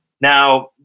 Now